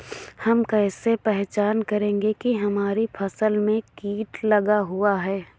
हम कैसे पहचान करेंगे की हमारी फसल में कीट लगा हुआ है?